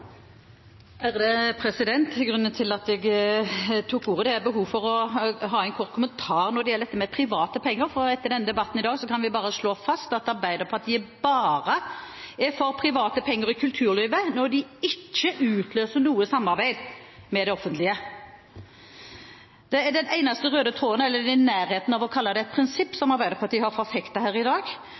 Grunnen til at jeg tok ordet, er et behov for en kort kommentar når det gjelder dette med private penger, for etter denne debatten i dag kan vi bare slå fast at Arbeiderpartiet bare er for private penger i kulturlivet når de ikke utløser noe samarbeid med det offentlige. Det er den eneste røde tråden eller i nærheten av et prinsipp som Arbeiderpartiet har forfektet her i dag.